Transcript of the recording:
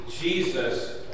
Jesus